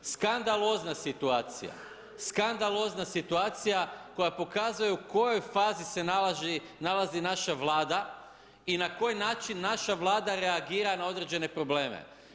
Skandalozna situacija, skandalozna situacija koja pokazuje u kojoj fazi se nalazi naša Vlada i na koji način naša Vlada reagira na određene probleme.